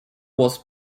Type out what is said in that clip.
was